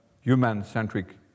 human-centric